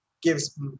gives